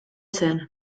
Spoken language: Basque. zen